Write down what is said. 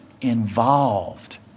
involved